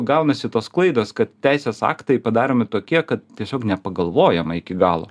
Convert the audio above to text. gaunasi tos klaidos kad teisės aktai padaromi tokie kad tiesiog nepagalvojama iki galo